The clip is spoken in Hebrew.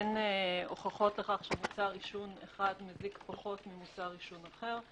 אין הוכחות לכך שמוצר עישון אחד מזיק פחות ממוצר עישון אחר,